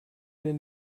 den